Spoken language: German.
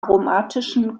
aromatischen